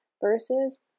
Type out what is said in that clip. versus